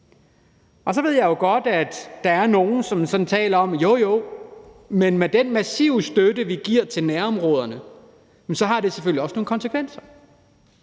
bag. Så ved jeg jo godt, at der er nogle, som sådan taler om, at det med den massive støtte, vi giver til nærområderne, selvfølgelig også har nogle konsekvenser,